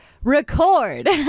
record